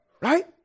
Right